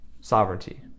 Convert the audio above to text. sovereignty